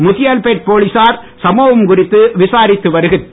முத்தியால்பேட் போலீசார் சமபவம் குறித்து விசாரித்து வருகின்றனர்